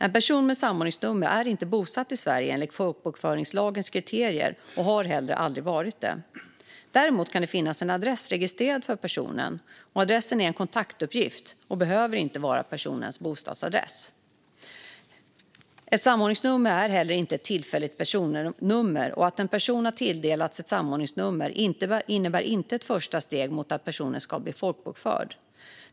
En person med ett samordningsnummer är inte bosatt i Sverige enligt folkbokföringslagens kriterier och har heller aldrig varit det. Däremot kan det finnas en adress registrerad för personen. Adressen är en kontaktuppgift och behöver inte vara personens bostadsadress. Ett samordningsnummer är inte ett tillfälligt personnummer, och att en person har tilldelats ett samordningsnummer innebär inte ett första steg mot att personen ska bli folkbokförd.